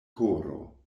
koro